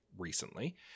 recently